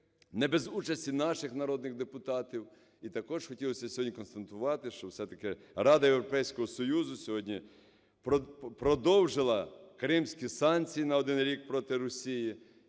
не без участі наших народних депутатів. І також хотілося сьогодні констатувати, що все-таки Рада Європейського Союзу сьогодні продовжила кримські санкції на 1 рік проти Росії.